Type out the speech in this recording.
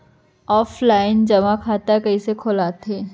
Offline जेमा खाता कइसे खोलवाथे?